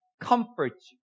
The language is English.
comforts